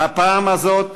בפעם הזאת